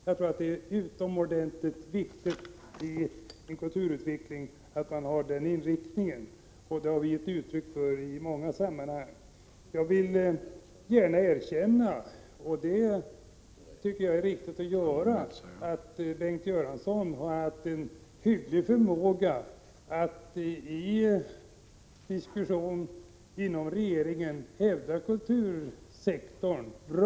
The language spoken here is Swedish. Jag tror att det är utomordentligt viktigt för kulturutvecklingen att man har den inriktningen. Det har vi i många sammanhang gett uttryck för. Bengt Göransson har haft en hygglig förmåga att i diskussionerna inom regeringen hävda kultursektorn bra.